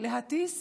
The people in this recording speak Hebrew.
להטיס